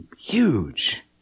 huge